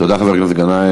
תודה, חבר הכנסת גנאים.